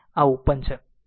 તો આ ઓપન છે